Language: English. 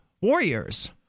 warriors